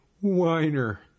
whiner